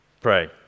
pray